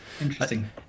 Interesting